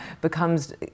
becomes